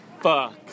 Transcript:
fuck